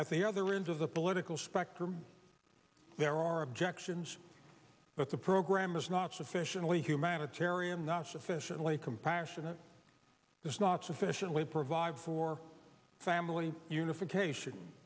at the other end of the political spectrum there are objections that the program is not sufficiently humanitarian not sufficiently compassionate there's not sufficiently provide for family unification